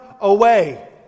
away